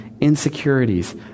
insecurities